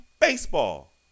baseball